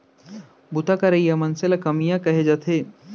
बूता करइया मनसे ल कमियां कहे जाथे